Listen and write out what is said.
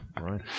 right